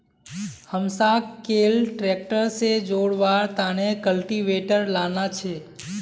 हमसाक कैल ट्रैक्टर से जोड़वार तने कल्टीवेटर लाना छे